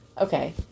Okay